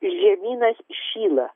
žemynas šyla